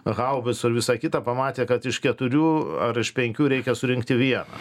haubicų ir visą kitą pamatę kad iš keturių ar iš penkių reikia surinkti vieną